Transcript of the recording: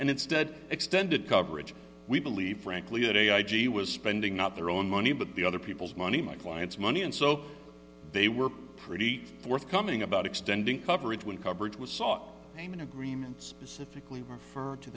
and instead extended coverage we believe frankly that a i g was spending not their own money but the other people's money my clients money and so they were pretty forthcoming about extending coverage when coverage was sought payment agreement specifically refer